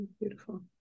beautiful